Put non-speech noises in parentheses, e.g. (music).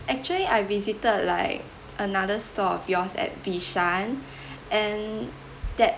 actually I visited like another store of yours at bishan (breath) and that